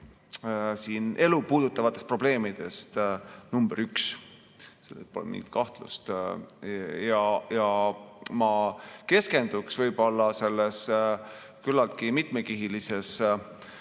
meie elu puudutavatest probleemidest number üks. Selles pole mingit kahtlust. Ma keskenduksin võib-olla selles küllaltki mitmekihilises